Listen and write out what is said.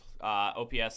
OPS